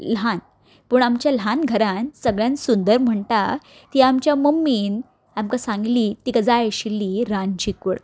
ल्हान पूण आमचें ल्हान घरान सगल्यांन सुंदर म्हणटा ती आमच्या मम्मीन आमकां सांगिल्ली तिका जाय आशिल्ली रांदची कूड